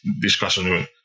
discussion